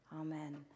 amen